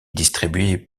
distribué